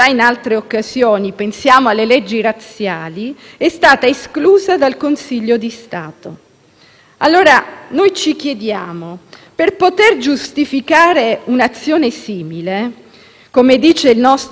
Allora ci chiediamo: per poter giustificare un'azione simile, come dice il nostro patrimonio giuridico comune nello Stato di diritto - e ancora fortunatamente lo siamo